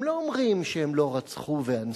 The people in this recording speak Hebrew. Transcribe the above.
הם לא אומרים שהם לא רצחו ואנסו,